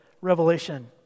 Revelation